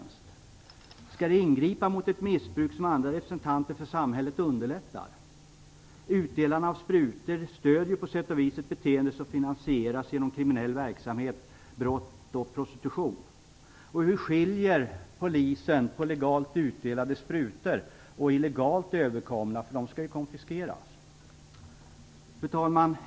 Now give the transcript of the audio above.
Skall de ingripa mot ett missbruk som andra representanter för samhället underlättar? De som delar ut sprutor stödjer på sätt och vis ett beteende som finansieras genom kriminell verksamhet, brott och prostitution. Hur skiljer polisen på legalt utdelade sprutor och illegalt överkomna sprutor som skall konfiskeras? Fru talman!